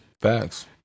facts